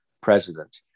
president